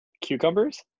Cucumbers